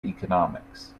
economics